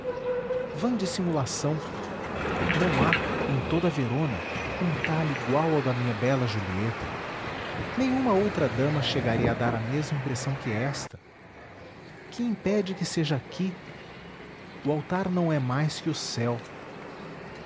romeu vã dissimulação não há em toda verona um talhe igual ao da minha bela julieta nenhuma outra dama chegaria a dar a mesma impressão que esta que impede que seja aqui o altar não é mais que o céu